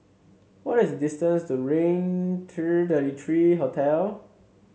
what is the distance to Raintr thirty three Hotel